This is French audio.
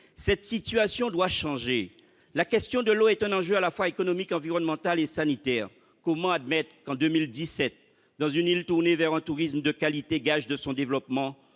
cette situation doit changer ! La question de l'eau est un enjeu à la fois économique, environnemental et sanitaire. Comment admettre, en 2017, dans une île tournée vers un tourisme de qualité, gage de son développement,